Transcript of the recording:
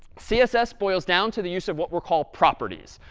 css boils down to the use of what we'll call properties.